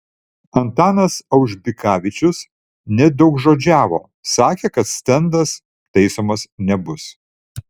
antanas aužbikavičius nedaugžodžiavo sakė kad stendas taisomas nebus